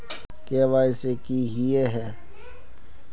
KYC की हिये है?